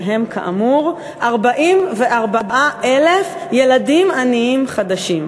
שהם כאמור 44,000 ילדים עניים חדשים.